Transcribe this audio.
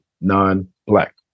non-Black